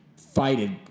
fighted